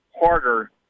harder